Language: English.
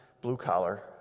blue-collar